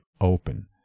open